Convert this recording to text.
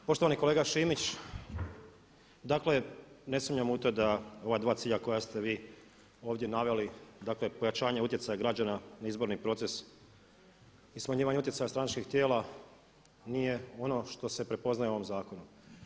Poštovani kolega Šimić dakle ne sumnjam u to da ova dva cilja koja ste vi ovdje naveli, dakle pojačanje utjecaja građana na izborni proces i smanjivanje utjecaja stranačkih tijela, nije ono što se prepoznaje u ovom zakonu.